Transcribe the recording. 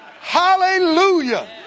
Hallelujah